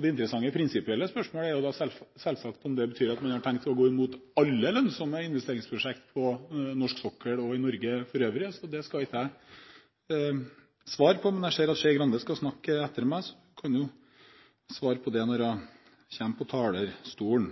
Det interessante prinsipielle spørsmålet er selvsagt om det betyr at man har tenkt å gå imot alle lønnsomme investeringsprosjekt på norsk sokkel og i Norge for øvrig. Det skal ikke jeg svare på, men jeg ser at Skei Grande skal snakke etter meg, så da kan hun svare på det når hun kommer på talerstolen.